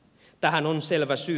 tähän on selvä syy